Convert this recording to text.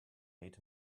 made